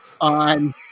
on